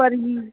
पर ही